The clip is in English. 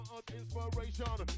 Inspiration